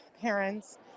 parents